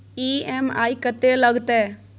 EMI कत्ते लगतै?